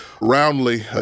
Roundly